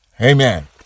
Amen